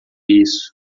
isso